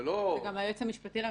זה גם היועץ המשפטי לממשלה.